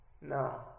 No